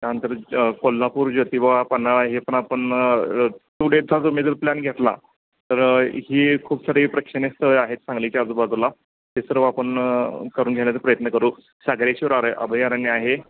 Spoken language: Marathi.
त्यानंतर कोल्हापूर ज्योतिबा पन्हाळा हे पण आपण टू डेजचा जो मीडल प्लॅन घेतला तर ही खूप सारी प्रेक्षणीय स्थळं आहेत सांगलीच्या आजूबाजूला ते सर्व आपण करून घेण्याचा प्रयत्न करू सागरेश्वर अभयारण्य आहे